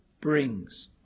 brings